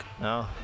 No